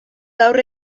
gaur